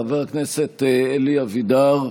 חבר הכנסת אלי אבידר,